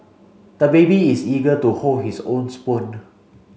the baby is eager to hold his own spoon